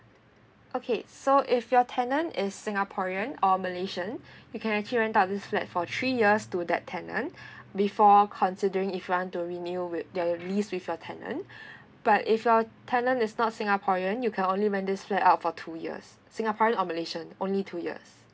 okay so if your tenant is singaporean or malaysian you can actually rent out this flat for three years to that tenant before considering if want to renew with your lease with your tenant but if your tenant is not singaporean you can only rent this flat out for two years singaporean or malaysian only two years